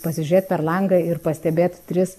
pasižiūrėt per langą ir pastebėt tris